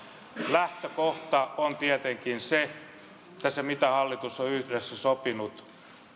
lähtökohta on tietenkin se että se mitä hallitus on yhdessä sopinut